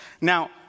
Now